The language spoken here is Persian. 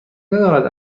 ندارد